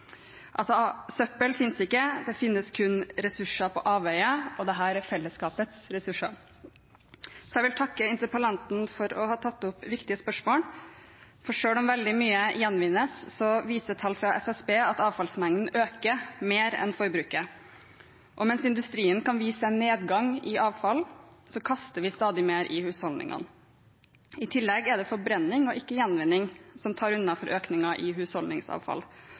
søppel finnes ikke – det finnes kun ressurser på avveie, og dette er fellesskapets ressurser. Jeg vil takke interpellanten for å ha tatt opp viktige spørsmål, for selv om veldig mye gjenvinnes, viser tall fra SSB at avfallsmengden øker mer enn forbruket. Og mens industrien kan vise til en nedgang i avfall, kaster vi stadig mer i husholdningene. I tillegg er det forbrenning og ikke gjenvinning som tar unna for økningen i husholdningsavfall.